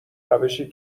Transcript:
روشی